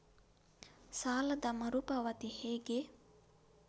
ಸಾಲದ ಮರು ಪಾವತಿ ಹೇಗೆ?